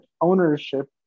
ownership